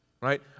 right